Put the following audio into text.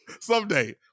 someday